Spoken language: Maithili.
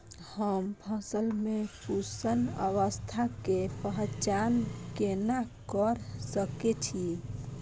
हम फसल में पुष्पन अवस्था के पहचान कोना कर सके छी?